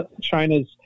China's